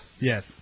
Yes